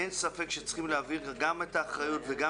אין ספק שצריכים להעביר גם את האחריות וגם